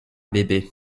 bébé